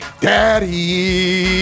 Daddy